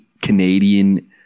Canadian